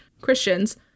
Christians